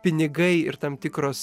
pinigai ir tam tikros